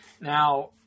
Now